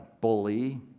bully